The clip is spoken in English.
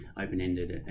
open-ended